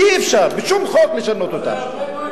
אי-אפשר בשום חוק לשנות אותה,